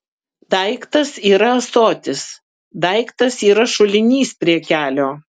daiktas yra ąsotis daiktas yra šulinys prie kelio